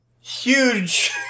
huge